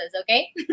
okay